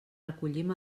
recollim